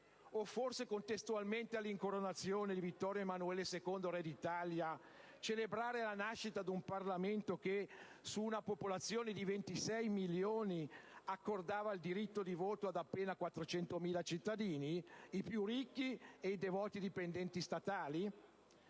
O forse, contestualmente all'incoronazione di Vittorio Emanuele II Re d'Italia, celebrare la nascita di un Parlamento che, su una popolazione di 26 milioni di abitanti, accordava il diritto di voto ad appena 400.000 cittadini, i più ricchi e i devoti dipendenti statali?